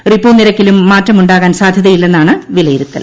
repo നിരക്കിലും മാറ്റം ഉണ്ടാകാൻ സാധ്യതയില്ലെന്നാണ് വിലയിരുത്തൽ